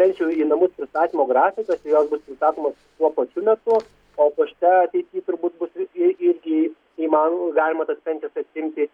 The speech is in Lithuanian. pensijų į namus pristatymo grafikas ir jos bus pristatomos tuo pačiu metu o pašte ateity turbūt bus visgi irgi įman galima tas pensijas atsiimti